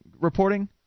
reporting